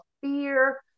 fear